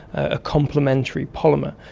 a complimentary polymer.